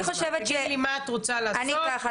תגידי לי מה את רוצה לעשות.